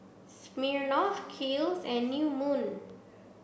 Smirnoff Kiehl's and New Moon